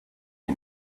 you